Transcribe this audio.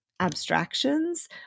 abstractions